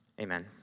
Amen